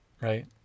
right